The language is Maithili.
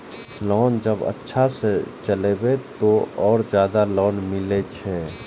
लोन जब अच्छा से चलेबे तो और ज्यादा लोन मिले छै?